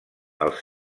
als